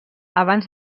abans